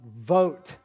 vote